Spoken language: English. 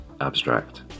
abstract